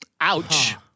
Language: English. Ouch